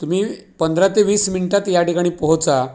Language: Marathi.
तुम्ही पंधरा ते वीस मिनिटात ह्या ठिकाणी पोहोचा